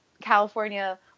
California